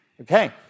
Okay